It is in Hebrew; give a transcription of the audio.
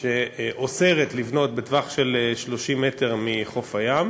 שאוסרת לבנות בטווח של 30 מטר מחוף הים,